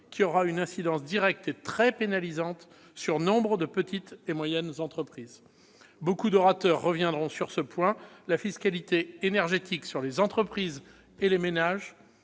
qui aura une incidence directe et très pénalisante sur nombre de petites et moyennes entreprises. Nombre d'orateurs reviendront sur ce point : la fiscalité énergétique sur les entreprises et les ménages